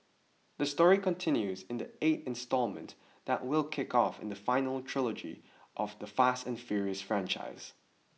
the story continues in the eight instalment that will kick off in the final trilogy of the fast and furious franchise